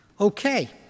Okay